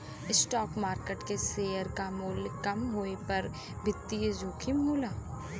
stock market में share क मूल्य कम होये पर वित्तीय जोखिम होला